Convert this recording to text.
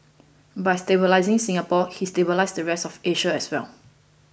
by stabilising Singapore he stabilised the rest of Asia as well